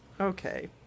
okay